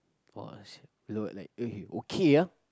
!wah! we were like eh okay ah